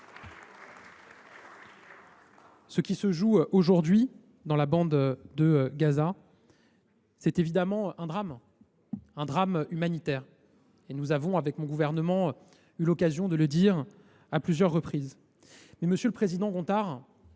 ce qui se joue aujourd’hui, dans la bande de Gaza est évidemment un drame, un drame humanitaire. Mon gouvernement et moi même avons eu l’occasion de le dire à plusieurs reprises. Monsieur le président Gontard,